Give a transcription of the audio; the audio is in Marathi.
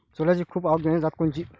सोल्याची खूप आवक देनारी जात कोनची?